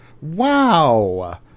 Wow